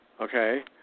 Okay